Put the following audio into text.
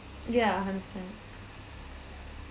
yeah I understand